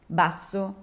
basso